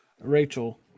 Rachel